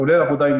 כולל עבודה עם